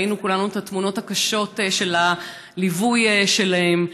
ראינו, כולנו, את התמונות הקשות של הליווי שלהם.